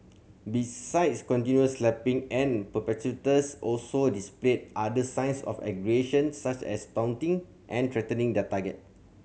besides continual slapping and perpetrators also displayed other signs of aggression such as taunting and threatening their target